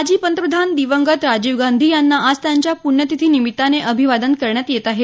माजी पंतप्रधान दिवंगत राजीव गांधी यांना आज त्यांच्या प्ण्यतिथीनिमित्ताने अभिवादन करण्यात येत आहे